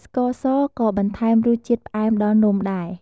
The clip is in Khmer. ស្ករសក៏បន្ថែមរសជាតិផ្អែមដល់នំដែរ